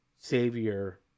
savior